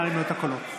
נא למנות את הקולות.